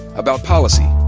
about policy,